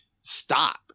stop